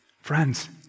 Friends